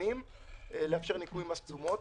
שנים לאפשר ניכוי מס תשומות.